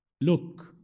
Look